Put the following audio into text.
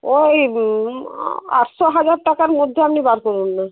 ওই আটশো হাজার টাকার মধ্যে আপনি বার করুন না